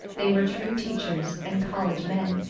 they were true teachers and college men,